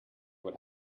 what